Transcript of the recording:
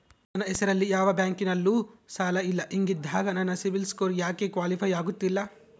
ನನ್ನ ಹೆಸರಲ್ಲಿ ಯಾವ ಬ್ಯಾಂಕಿನಲ್ಲೂ ಸಾಲ ಇಲ್ಲ ಹಿಂಗಿದ್ದಾಗ ನನ್ನ ಸಿಬಿಲ್ ಸ್ಕೋರ್ ಯಾಕೆ ಕ್ವಾಲಿಫೈ ಆಗುತ್ತಿಲ್ಲ?